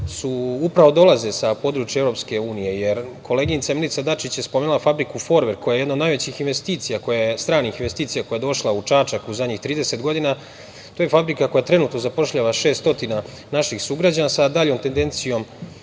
upravo dolaze sa područja EU. Koleginica Milica Dačić je spomenula fabriku „Forverk“ koja je jedna od najvećih stranih investicija koja je došla u Čačak u zadnjih 30 godina. To je fabrika koja trenutno zapošljava 600 naših sugrađana, sa daljom tendencijom